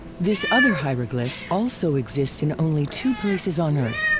this other hieroglyph also exists in only two places on earth,